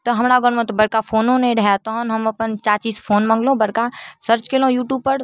तऽ हमरा घरमे तऽ बड़का फोनो नहि रहै तहन हम अपन चाचीसँ फोन माँगलहुँ बड़का सर्च कएलहुँ यूट्यूबपर